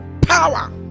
power